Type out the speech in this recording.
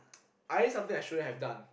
I did something I shouldn't have done